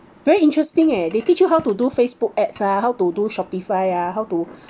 very interesting leh they teach you how to do facebook ads lah how to do shopify ah how to